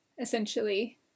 Essentially